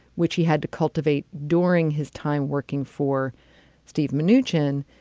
which he had to cultivate during his time working for steve manoogian.